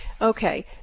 Okay